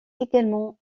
également